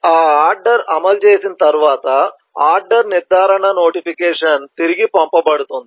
ఆ ఆర్డర్ అమలు చేసిన తర్వాత ఆర్డర్ నిర్ధారణ నోటిఫికేషన్ తిరిగి పంపబడుతుంది